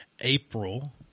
April